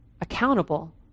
accountable